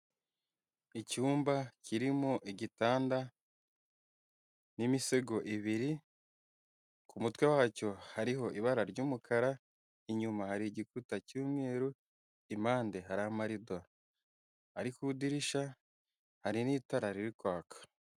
Icyumba kirimo igitanda n'imisego ibiri, kumutwe wacyo hariho ibara ry'umukara, inyuma hari igikuta cyumweru, impande hari amarido ariko ku idirishya hari n'itarara riri kwaka.